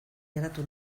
geratu